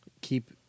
keep